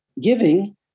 giving